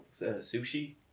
sushi